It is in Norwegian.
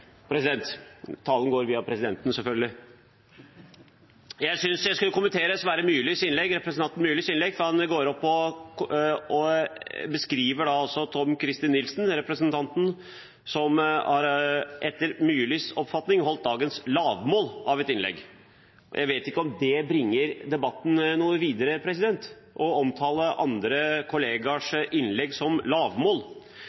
President – talen går via presidenten, selvfølgelig: Jeg syntes jeg skulle kommentere representanten Sverre Myrlis innlegg, for han går opp og beskriver representanten Tom-Christer Nilsen, som etter Myrlis oppfatning holdt dagens lavmål av et innlegg. Jeg vet ikke om det bringer debatten noe videre å omtale andre